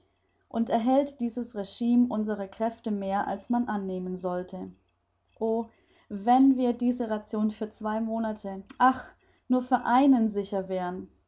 und erhält dieses rgime unsere kräfte mehr als man annehmen sollte o wenn wir dieser rationen für zwei monate ach nur für einen sicher wären